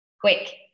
Quick